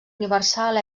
universal